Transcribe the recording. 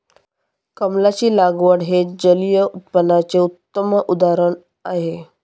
कमळाची लागवड हे जलिय उत्पादनाचे उत्तम उदाहरण आहे